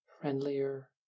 friendlier